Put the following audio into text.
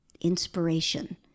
Inspiration